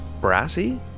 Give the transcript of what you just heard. Brassy